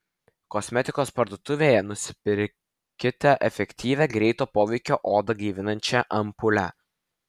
kosmetikos parduotuvėje nusipirkite efektyvią greito poveikio odą gaivinančią ampulę